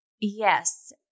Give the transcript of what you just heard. Yes